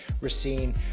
Racine